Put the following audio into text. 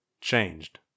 changed